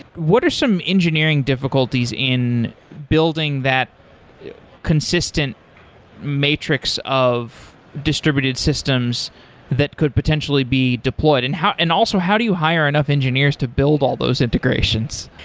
what are some engineering difficulties in building that consistent matrix of distributed systems that could potentially be deployed? and and also, how do you hire enough engineers to build all those integrations?